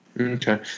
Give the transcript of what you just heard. Okay